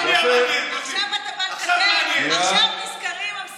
עכשיו נזכרים, אמסלם?